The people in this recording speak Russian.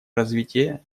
развитие